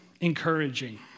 encouraging